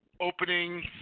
opening